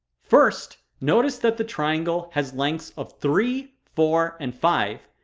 first, notice that the triangle has lengths of three, four, and five,